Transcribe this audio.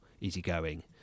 easygoing